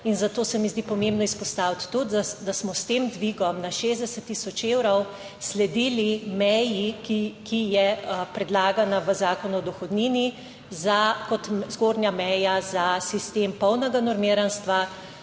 In zato se mi zdi pomembno izpostaviti tudi, da smo s tem dvigom na 60 tisoč evrov, sledili meji, ki je predlagana v Zakonu o dohodnini za kot zgornja meja za sistem polnega normiranstva,